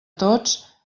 tots